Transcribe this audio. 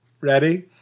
Ready